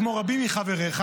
כמו רבים מחבריך,